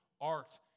art